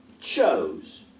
chose